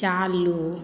चालू